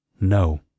No